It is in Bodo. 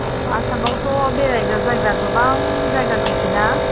अ आसामावथ' बेरायग्रा जायगा गोबां जायगा दंसै ना